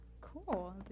Cool